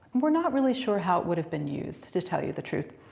we're not really sure how it would have been used, to tell you the truth.